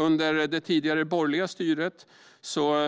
Under det tidigare, borgerliga styret